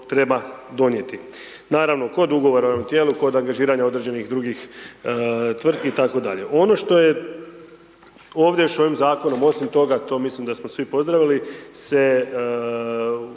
treba donijeti, naravno, kod Ugovora o ovom tijelu, kod angažiranja određenih drugih tvrtki itd. ovdje još ovim zakonom, osim toga to mislim da smo svi pozdravili se uređuje,